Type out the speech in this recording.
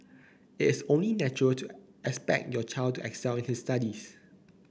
it is only natural to expect your child to excel in his studies